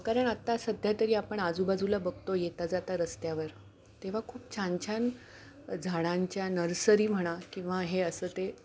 कारण आत्ता सध्या तरी आपण आजूबाजूला बघतो येता जाता रस्त्यावर तेव्हा खूप छान छान झाडांच्या नर्सरी म्हणा किंवा हे असं ते